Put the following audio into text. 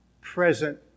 present